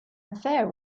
affair